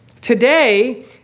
Today